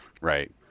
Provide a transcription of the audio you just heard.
right